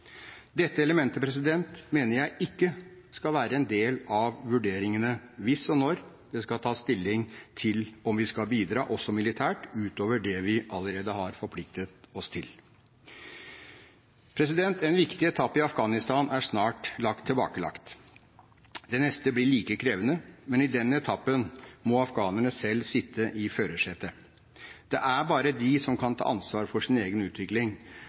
Dette elementet mener jeg ikke skal være en del av vurderingene hvis og når det skal tas stilling til om vi skal bidra også militært ut over det vi allerede har forpliktet oss til. En viktig etappe i Afghanistan er snart tilbakelagt. Den neste blir like krevende, men i den etappen må afghanerne selv sitte i førersetet. Det er bare de som kan ta ansvar for sin egen utvikling